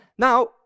now